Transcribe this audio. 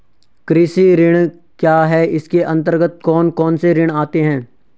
कृषि ऋण क्या है इसके अन्तर्गत कौन कौनसे ऋण आते हैं?